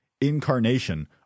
incarnation